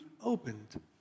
opened